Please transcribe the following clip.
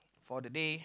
for the day